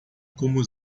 como